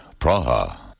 Praha